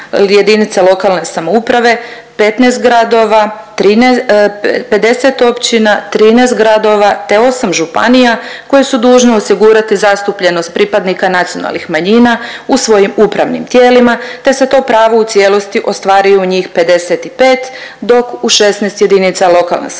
jedinice lokalne samouprave 15 gradova, trinaes… 50 općina, 13 gradova te 8 županija koje su dužne osigurati zastupljenost pripadnika nacionalnih manjina u svojim upravnim tijelima te se to pravo u cijelosti ostvaruje njih 55 dok u 16 jedinica lokalne samouprave